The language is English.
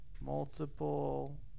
Multiple